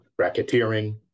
racketeering